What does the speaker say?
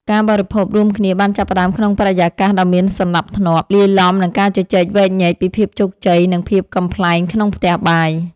ការបរិភោគរួមគ្នាបានចាប់ផ្ដើមក្នុងបរិយាកាសដ៏មានសណ្ដាប់ធ្នាប់ លាយឡំនឹងការជជែកវែកញែកពីភាពជោគជ័យ និងភាពកំប្លែងក្នុងផ្ទះបាយ។